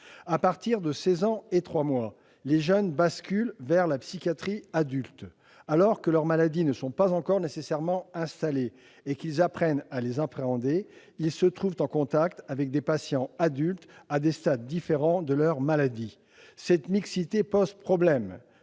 À partir de 16 ans et 3 mois, les jeunes basculent vers la psychiatrie adulte. Alors que leurs maladies ne sont pas encore nécessairement installées et qu'ils apprennent à les appréhender, ils se trouvent en contact avec des patients adultes, à des stades différents de leurs maladies. Cette mixité pose problème